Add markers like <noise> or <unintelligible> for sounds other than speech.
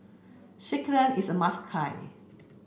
Sekihan is a must <unintelligible>